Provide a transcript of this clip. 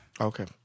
Okay